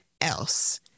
else